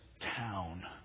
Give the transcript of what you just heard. town